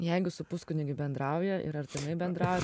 jeigu su puskunigiu bendrauja ir artimai bendrauja